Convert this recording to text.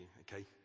okay